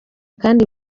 kandi